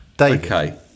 Okay